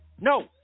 No